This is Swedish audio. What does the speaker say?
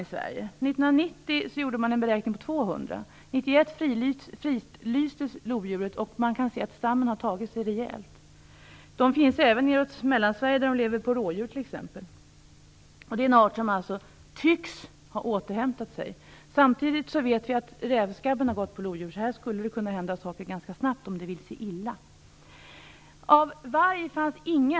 År 1990 gjordes en beräkning som sade 200. År 1991 fridlystes lodjuret, och man kan alltså se att stammen har tagit sig rejält. Lodjuren finns även nedåt Mellansverige, där de lever på t.ex. rådjur. Arten tycks alltså ha återhämtat sig, men samtidigt vet vi att rävskabben har drabbat lodjuren. Här skulle det alltså kunna hända saker ganska snabbt om det vill sig illa. Sedan har vi varg.